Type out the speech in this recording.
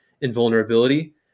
invulnerability